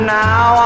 now